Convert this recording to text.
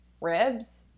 ribs